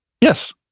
Yes